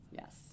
Yes